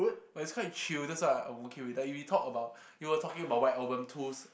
but he's quite chill that's why I work working with like we talk about we were talking about white-album two